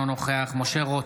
בעד משה רוט,